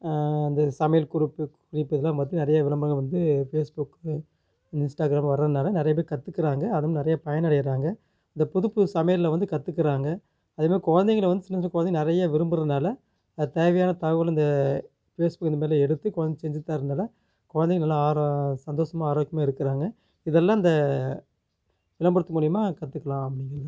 அந்த சமையல் குறிப்பு குறிப்பு இதலாம் மட்டும் நிறைய விளம்பரங்கள் வந்து ஃபேஸ்புக் இன்ஸ்டாகிராம் வர்றதுனால் நிறைய பேர் கற்றுக்கிறாங்க அதுவும் நிறைய பயனடைகிறாங்க இந்த புது புது சமையலை வந்து கற்றுக்கிறாங்க அதுமாதிரி குழந்தைகள்ல வந்து சின்னச் சின்ன குழந்தைங்க நிறைய விரும்புறதுனால் அது தேவையான தகவலும் இந்த ஃபேஸ்புக் இந்தமாதிரிலாம் எடுத்து குழந்தைக்கு செஞ்சு தரதுனால குழந்தைங்களும் நல்ல ஆர்வ சந்தோஷமாக ஆரோக்கியமாக இருக்கிறாங்க இதெல்லாம் இந்த விளம்பரத்து மூலிமா கற்றுக்கலாம் அப்படின்